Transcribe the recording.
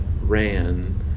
ran